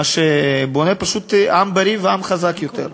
שבונה פשוט עם בריא ועם חזק יותר.